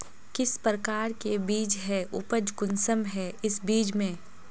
किस प्रकार के बीज है उपज कुंसम है इस बीज में?